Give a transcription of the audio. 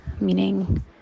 meaning